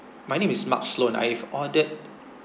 my name is mark sloan I've ordered